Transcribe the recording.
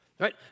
Right